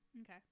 Okay